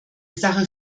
sache